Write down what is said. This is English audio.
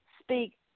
speak